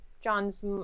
John's